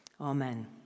Amen